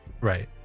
Right